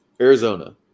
Arizona